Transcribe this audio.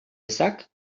ezak